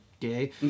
gay